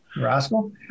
rascal